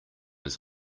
his